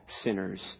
sinners